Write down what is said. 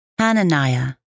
Hananiah